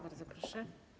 Bardzo proszę.